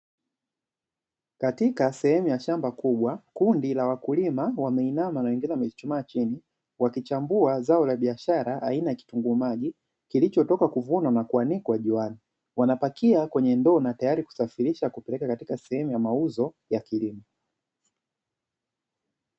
Katika sehemu ya shamba kubwa, kundi la wakulima wameinama wengine wakiwa wamechuchumaa chini wakichambua zao la biashara aina ya kitunguu maji kilichotoka kuvunwa na kuanikwa juani, wanapakia kwenye ndoo na tayari kusafirisha kupelekwa katika sehemu ya mauzo ya kilimo.